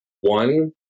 one